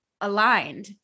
aligned